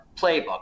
playbook